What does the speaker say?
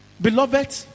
Beloved